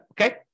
Okay